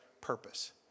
purpose